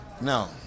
No